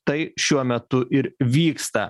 tai šiuo metu ir vyksta